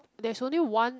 there's only one